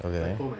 okay